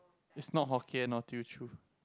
is not hokkien or Teochew